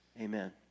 amen